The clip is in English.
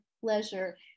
pleasure